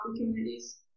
opportunities